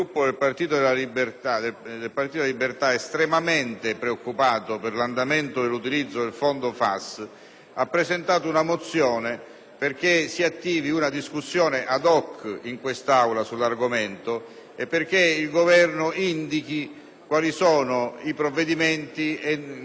dicembre 2008 una mozione perche´ si attivi una discussione ad hoc in Aula sull’argomento e perche´ il Governo indichi quali sono i provvedimenti con i quali intende ripristinare l’intera dotazione del fondo FAS che interessa, come